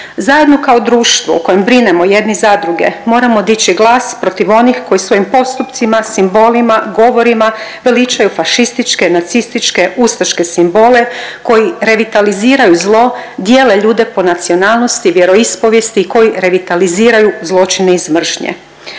Zajedno kao društvo u kojem brinemo jedni za druge moramo dići glas protiv onih koji svojim postupcima, simbolima, govorima veličaju fašističke, nacističke, ustaške simbole koji revitaliziraju zlo dijele ljude po nacionalnosti, vjeroispovijesti i koji revitaliziraju zločine iz mržnje.